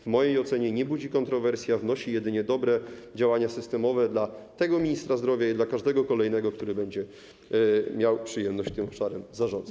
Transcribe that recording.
W mojej ocenie nie budzi ona kontrowersji, a jedynie przynosi dobre działania systemowe dla tego ministra zdrowia i dla każdego kolejnego, który będzie miał przyjemność zarządzać tym obszarem.